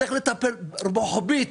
צריך לטפל רוחבית.